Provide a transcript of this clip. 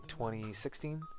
2016